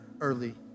early